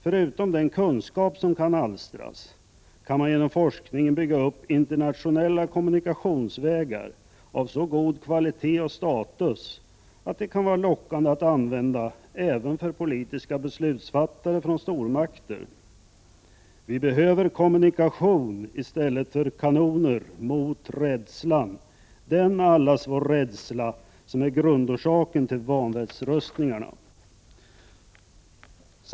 Förutom den kunskap som alstras kan man genom forskningen bygga upp internationella kommunikationsvägar av så god kvalitet och status att de kan vara lockande att använda även för politiska beslutsfattare från stormakter. Vi behöver kommunikation i stället för kanoner mot rädslan — den allas vår rädsla som är grundorsaken till vanvettsrustningarna.